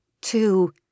Two